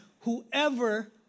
whoever